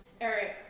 Eric